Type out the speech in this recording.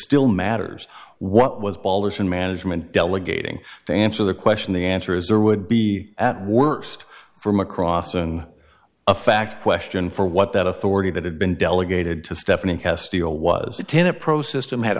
still matters what was ballers in management delegating to answer the question the answer is or would be at worst from across and a fact question for what that authority that had been delegated to stephanie castillo was a tenet pro system had